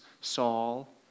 Saul